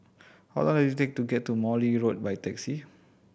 how long is take to get to Morley Road by taxi